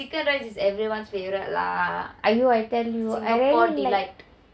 chicken rice is everyone's favourite [one] lah singapore's delight